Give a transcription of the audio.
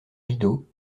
rideaux